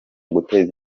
guteza